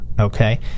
Okay